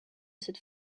cette